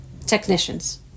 technicians